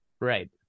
right